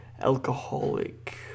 alcoholic